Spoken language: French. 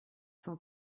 cent